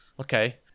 okay